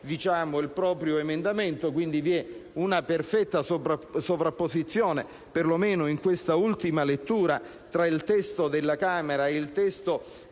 riproporre il proprio emendamento, quindi vi è una perfetta sovrapposizione, perlomeno in questa ultima lettura, tra il testo della Camera e il testo